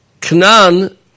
Knan